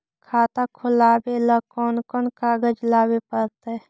खाता खोलाबे ल कोन कोन कागज लाबे पड़तै?